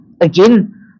again